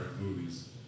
movies